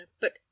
But